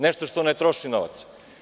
Nešto što ne troši novac?